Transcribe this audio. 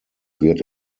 wird